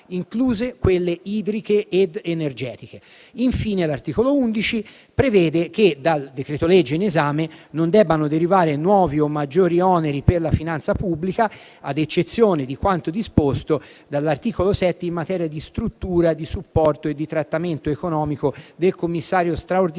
incluse quelle idriche ed energetiche. Infine, l'articolo 11 prevede che dal decreto-legge in esame non debbano derivare nuovi o maggiori oneri per la finanza pubblica, ad eccezione di quanto disposto dall'articolo 7 in materia di struttura di supporto e di trattamento economico del Commissario straordinario